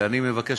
אני מבקש,